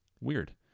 weird